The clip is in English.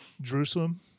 Jerusalem